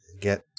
Get